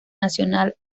nacional